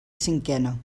cinquena